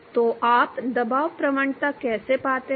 तो आप दबाव प्रवणता कैसे पाते हैं